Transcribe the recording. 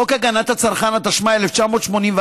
חוק הגנת הצרכן, התשמ"א 1981,